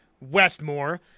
Westmore